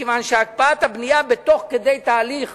מכיוון שהקפאת הבנייה תוך כדי תהליך